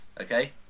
okay